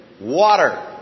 Water